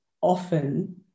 often